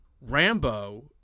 Rambo